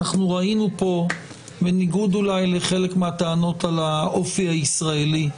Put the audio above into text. ראינו פה בניגוד אולי לחלק מהטענות על "האופי הישראלי",